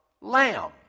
lamb